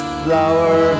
flower